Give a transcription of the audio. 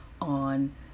on